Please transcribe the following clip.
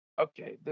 okay